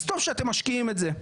אז טוב שאתם משקיעים את זה.